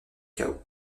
chaos